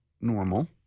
normal